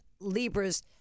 Libra's